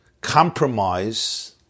compromise